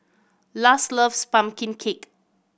Luz loves pumpkin cake